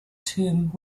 tomb